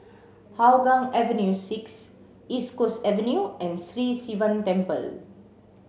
Hougang Avenue six East Coast Avenue and Sri Sivan Temple